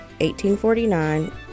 1849